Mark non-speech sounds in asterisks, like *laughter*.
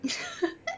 *laughs*